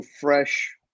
fresh